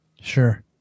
Sure